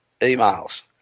emails